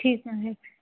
ठीकु आहे